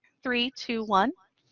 three, two, one.